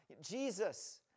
Jesus